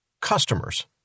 customers